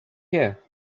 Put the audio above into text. here